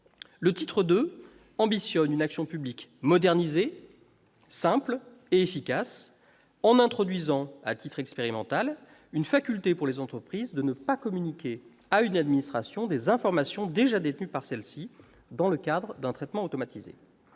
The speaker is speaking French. Le titre II ambitionne une action publique modernisée, simple et efficace en introduisant, à titre expérimental, la faculté pour les entreprises de ne pas communiquer à une administration des informations déjà détenues par celle-ci dans le cadre d'un traitement automatisé.